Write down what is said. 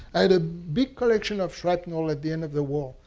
i had a big collection of shrapnel at the end of the war,